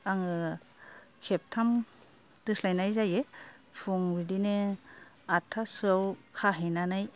आङो खेबथाम दोस्लायनाय जायो फुं बिदिनो आटथासोआव खाहैनानै